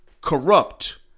corrupt